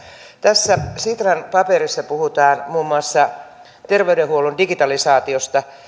tässä sitran paperissa puhutaan muun muassa terveydenhuollon digitalisaatiosta